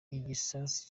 igisasu